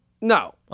No